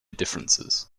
differences